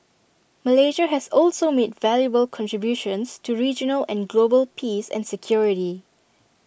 Malaysia has also made valuable contributions to regional and global peace and security